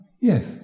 Yes